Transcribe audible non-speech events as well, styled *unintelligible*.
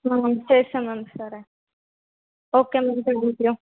ma'am చేస్తాము ma'am ఈసారి okay ma'am *unintelligible*